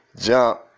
jump